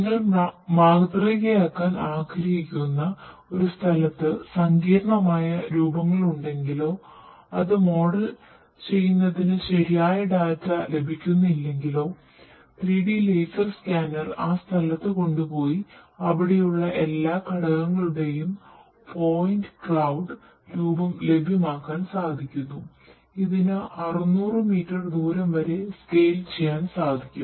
നിങ്ങൾ മാതൃകയാക്കാൻ ആഗ്രഹിക്കുന്ന ഒരു സ്ഥലത്ത് സങ്കീർണ്ണമായ രൂപങ്ങളുണ്ടെങ്കിലോ അത് മോഡൽ ചെയ്യാൻ സാധിക്കും